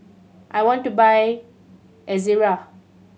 I want to buy Ezerra